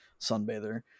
Sunbather